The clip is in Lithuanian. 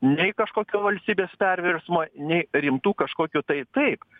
nei kažkokio valstybės perversmo nei rimtų kažkokių tai taip